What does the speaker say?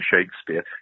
Shakespeare